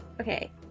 Okay